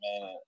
man